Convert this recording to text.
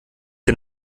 der